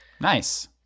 Nice